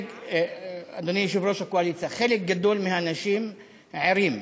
אדוני יושב-ראש הקואליציה, חלק גדול מהאנשים ערים,